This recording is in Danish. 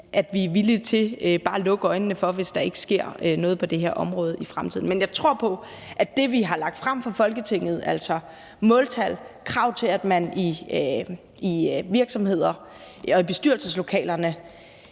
at vi er villige til bare at lukke øjnene for det, hvis ikke der sker noget på det her område i fremtiden. Men jeg tror på, at det, vi har lagt frem for Folketinget, altså måltal, krav til, at man i virksomheder og i bestyrelseslokalerne